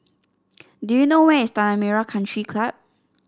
do you know where is Tanah Merah Country Club